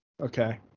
Okay